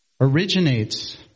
originates